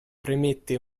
premette